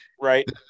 Right